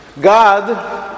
God